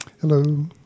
Hello